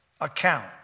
account